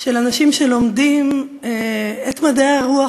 של אנשים שלומדים את מדעי הרוח,